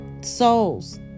souls